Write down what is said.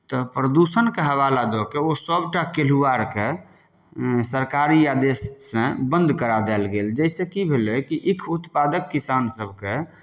तऽ प्रदूषणके हवाला दऽ कऽ ओ सभटा कल्हुआरकेँ सरकारी आदेशसँ बन्द करा देल गेल जाहिसँ की भेलै कि ईख उत्पादक किसानसभके